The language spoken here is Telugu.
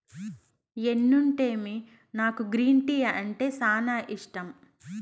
ఎన్నుంటేమి నాకు గ్రీన్ టీ అంటే సానా ఇష్టం